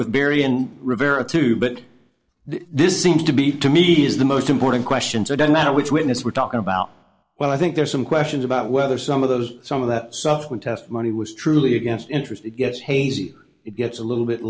with barry and rivera too but this seems to be to me is the most important questions or don't matter which witness we're talking about well i think there are some questions about whether some of those some of that stuff when testimony was truly against interest it gets hazy it gets a little bit